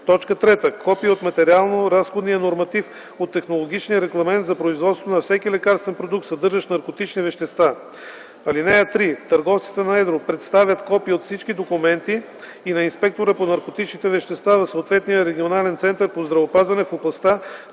вещества; 3. копие от материално-разходния норматив от технологичния регламент за производство на всеки лекарствен продукт, съдържащ наркотични вещества. (3) Търговците на едро представят копия от всички документи и на инспектора по наркотичните вещества в съответния регионален център по здравеопазване в